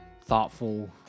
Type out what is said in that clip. thoughtful